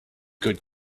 good